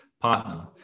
partner